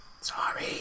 Sorry